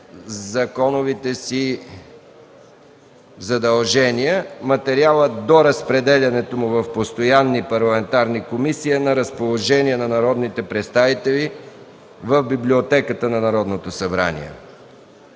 законовите си задължения. Материалът, до разпределянето му в постоянни парламентарни комисии, е на разположение на народните представители в Библиотеката на Народното събрание;